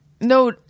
No